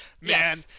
Man